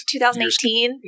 2018